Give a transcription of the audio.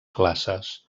classes